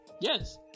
Yes